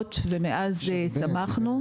משפחות ומאז צמחנו.